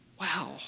Wow